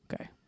Okay